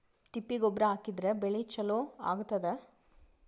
ತಿಪ್ಪಿ ಗೊಬ್ಬರ ಹಾಕಿದ್ರ ಬೆಳಿ ಚಲೋ ಆಗತದ?